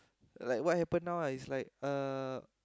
like what happen now ah it's like uh